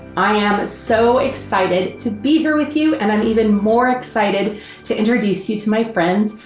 i am ah so excited to be here with you and i'm even more excited to introduce you to my friends,